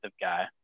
guy